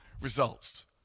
results